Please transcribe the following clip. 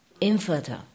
infertile